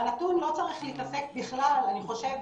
והנתון, לא צריך להתעסק בכלל, אני חושבת,